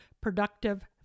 productive